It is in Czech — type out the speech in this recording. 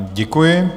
Děkuji.